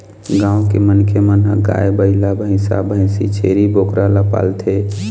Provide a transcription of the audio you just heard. गाँव के मनखे मन ह गाय, बइला, भइसा, भइसी, छेरी, बोकरा ल पालथे